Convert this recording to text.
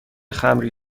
خمری